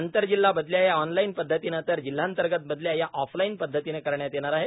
आंतरजिल्हा बदल्या या ऑनलाईन पद्धतीने तर जिल्ह्यांतर्गत बदल्या या ऑफलाईन पद्धतीने करण्यात येणार आहेत